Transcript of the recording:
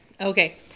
okay